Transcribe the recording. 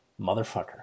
Motherfucker